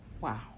Wow